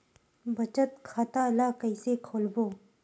बचत खता ल कइसे खोलबों?